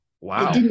Wow